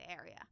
area